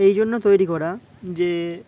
এই জন্য তৈরি করা যে